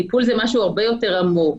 טיפול זה משהו הרבה יותר עמוק.